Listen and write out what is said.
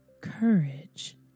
courage